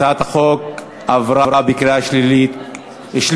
הצעת החוק עברה בקריאה שלישית,